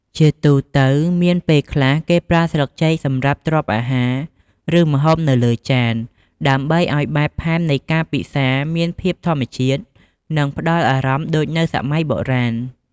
ជាទូទៅមានពេលខ្លះគេប្រើស្លឹកចេកសម្រាប់ទ្រាប់អាហារ ឬម្ហូបនៅលើចាន ដើម្បីអោយបែបផែននៃការពិសារមានភាពធម្មជាតិ និងផ្តល់អារម្មណ៍ដូចនៅសម័យកាលបុរាណ។